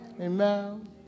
Amen